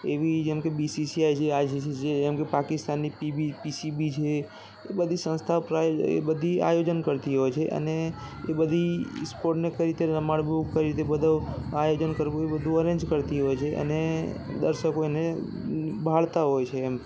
એવી જેમ કે બિ સિ સિ આઈ છે આઈ સિ સિ છે જેમ કે પાકિસ્તાનની પિબિ પિ સિ બિ છે એ બધી સંસ્થાઓ પ્રાયોજ એ બધી આયોજન કરતી હોય છે અને એ બધી સ્પોર્ટને કઈ રીતે રમાડવું કઈ રીતે બધું આયોજન કરવું એ બધું અરેન્જ કરતી હોય છે અને દર્શકો એને ભાળતા હોય છે એમ